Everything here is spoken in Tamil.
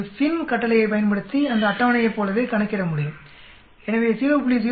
இது FINV கட்டளையைப் பயன்படுத்தி அந்த அட்டவணையைப் போலவே கணக்கிட முடியும் எனவே 0